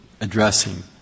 addressing